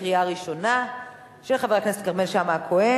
של חבר הכנסת כרמל שאמה-הכהן,